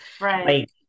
Right